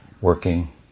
working